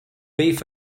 beef